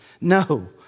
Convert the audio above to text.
No